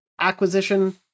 acquisition